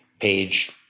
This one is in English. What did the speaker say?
page